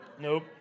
Nope